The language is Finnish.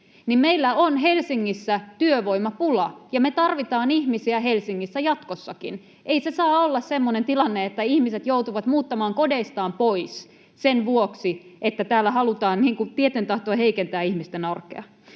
meillä on Helsingissä työvoimapula ja me tarvitaan ihmisiä Helsingissä jatkossakin. Ei saa olla semmoinen tilanne, että ihmiset joutuvat muuttamaan kodeistaan pois sen vuoksi, että täällä halutaan tieten tahtoen heikentää ihmisten arkea.